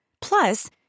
Plus